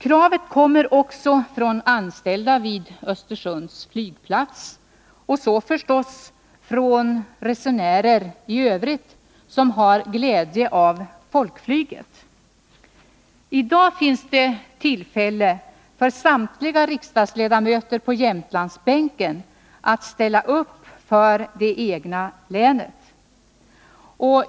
Kravet kommer också från anställda på Östersunds flygplats och förstås även från resenärer i övrigt som har glädje av folkflyget. I dag finns det tillfälle för samtliga riksdagsledamöter på Jämtlandsbänken att ställa upp för det egna länet!